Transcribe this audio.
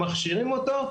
מכשירים אותו,